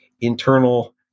internal